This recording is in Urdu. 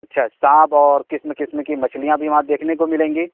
اچھا سانپ اور قسم قسم کی مچھلیاں بھی وہاں دیکھنے کو ملیں گی